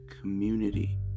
community